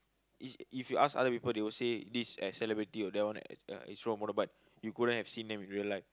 is if you ask other people they will say this as celebrity or that one as uh role model but you couldn't have seen them in real life